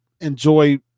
enjoy